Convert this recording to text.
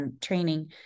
training